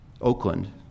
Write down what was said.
Oakland